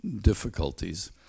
difficulties